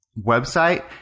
website